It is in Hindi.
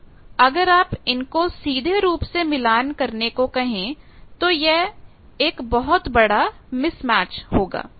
अगर आप इन को सीधे रुप से मिलान करने को कहेंगे तो यहां एक बहुत बड़ा मिसमैच होगा